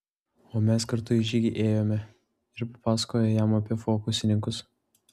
o mes kartu į žygį ėjome ir papasakojo jam apie fokusininkus